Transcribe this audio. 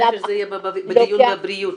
עליו --- זה יהיה בדיון על בריאות,